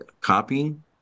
copying